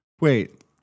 Wait